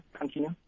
continue